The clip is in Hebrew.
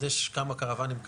אז יש כמה קרוואנים כאלה,